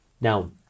Now